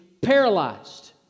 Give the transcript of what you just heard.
paralyzed